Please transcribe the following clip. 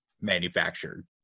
manufactured